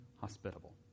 hospitable